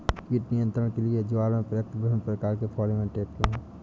कीट नियंत्रण के लिए ज्वार में प्रयुक्त विभिन्न प्रकार के फेरोमोन ट्रैप क्या है?